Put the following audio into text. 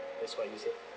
that's what you said